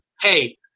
Hey